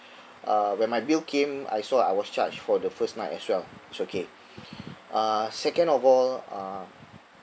uh when my bill came I saw I was charged for the first night as well it's okay uh second of all uh